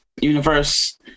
universe